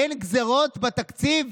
אין גזרות בתקציב?